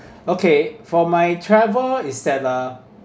okay for my travel is that uh